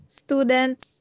students